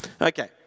Okay